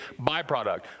byproduct